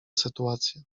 sytuacja